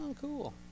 cool